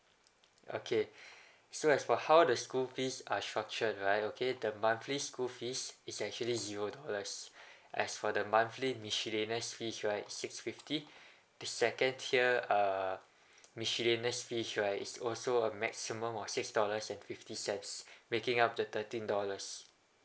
okay so as for how the school fees are structured right okay the monthly school fees is actually zero dollars as for the monthly miscellaneous fees right six fifty the second year uh miscellaneous fees right is also a maximum of six dollars and fifty cents making up the thirteen dollars